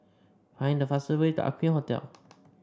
find the fastest way to Aqueen Hotel